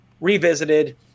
Revisited